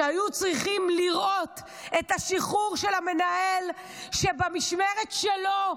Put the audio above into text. שהיו צריכים לראות את השחרור של המנהל שבמשמרת שלו,